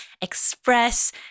Express